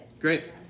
Great